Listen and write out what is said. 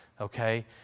Okay